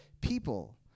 people